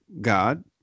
God